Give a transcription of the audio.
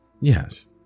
Yes